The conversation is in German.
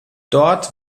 dort